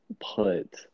put